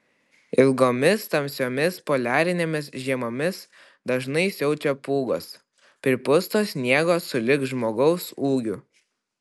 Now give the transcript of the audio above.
ilgomis tamsiomis poliarinėmis žiemomis dažnai siaučia pūgos pripusto sniego sulig žmogaus ūgiu